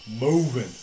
moving